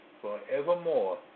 forevermore